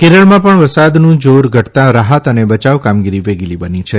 કેરળમાં પણ વરસાદનું જાર ઘટતાં રાહત અને બયાવ કામગીરી વેગીલી બની છે